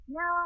no